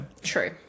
True